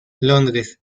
londres